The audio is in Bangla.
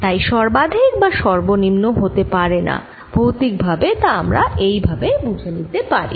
তাই সর্বাধিক বা সর্বনিম্ন হতে পারেনা ভৌতিক ভাবে তা আমরা এই ভাবে বুঝে নিতে পারি